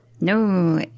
No